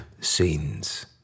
scenes